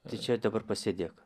tai čia dabar pasėdėk